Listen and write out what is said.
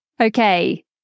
Okay